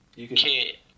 Okay